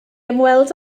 ymweld